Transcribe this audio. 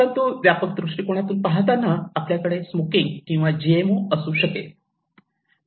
परंतु व्यापक दृष्टीकोनातून पाहताना आपल्याकडे स्मोकिंग किंवा जीएमओ असू शकेल